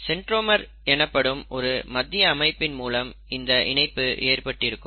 centromere எனப்படும் ஒரு மத்திய அமைப்பின் மூலம் இந்த இணைப்பு ஏற்பட்டிருக்கும்